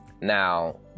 now